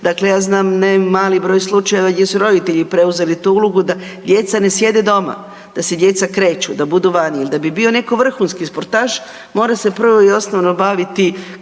Dakle, ja znam ne mali broj slučajeva gdje su roditelji preuzeli tu ulogu da djeca ne sjede doma, da se djeca kreću, da budu vani ili da bi netko bio vrhunski sportaš mora se prvo i osnovno baviti krenuti